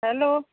hello